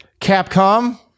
Capcom